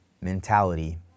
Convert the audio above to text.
mentality